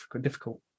difficult